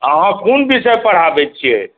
अहाँ कोन विषय पढ़ाबै छियै